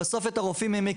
בסוף הם מכירים